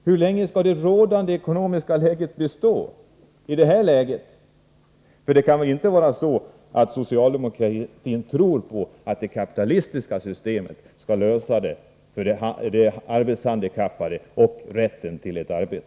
Hur länge skall det rådande ekonomiska läget bestå? Det kan väl inte vara så, att socialdemokratin tror på att det kapitalistiska systemet skall lösa problemen för de arbetshandikappade och ge dem rätten till ett arbete?